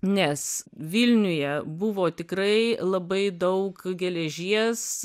nes vilniuje buvo tikrai labai daug geležies